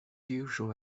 usual